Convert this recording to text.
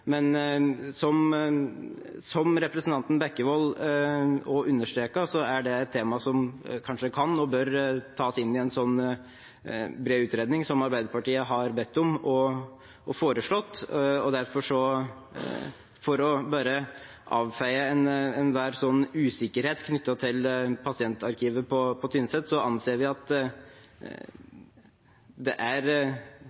Men som også representanten Bekkevold understreket, er det et tema som kanskje kan og bør tas med inn i en slik bred utredning som Arbeiderpartiet har bedt om og foreslått. Så for å avfeie enhver usikkerhet knyttet til pasientarkivet på Tynset, anser vi at